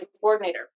coordinator